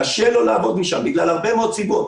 קשה לו לעבוד משם בגלל הרבה מאוד סיבות.